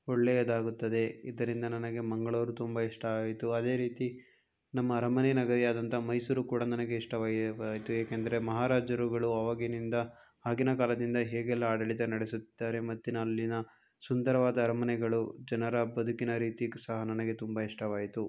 ಒಳ್ಳೆಯದಾಗುತ್ತದೆ ಇದರಿಂದ ನನಗೆ ಮಂಗಳೂರು ತುಂಬ ಇಷ್ಟ ಆಯಿತು ಅದೇ ರೀತಿ ನಮ್ಮ ಅರಮನೆ ನಗರಿಯಾದಂತಹ ಮೈಸೂರು ಕೂಡ ನನಗೆ ಇಷ್ಟವಾಯಿತು ಏಕೆಂದರೆ ಮಹಾರಾಜರುಗಳು ಅವಾಗಿನಿಂದ ಆಗಿನ ಕಾಲದಿಂದ ಹೇಗೆಲ್ಲ ಆಡಳಿತ ನಡೆಸುತ್ತಿದ್ದಾರೆ ಮತ್ತೆ ನ ಅಲ್ಲಿನ ಸುಂದರವಾದ ಅರಮನೆಗಳು ಜನರ ಬದುಕಿನ ರೀತಿ ಸಹ ನನಗೆ ತುಂಬ ಇಷ್ಟವಾಯಿತು